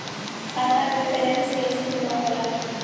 खाता के वैंलेस कइसे जमा होला?